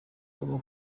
tom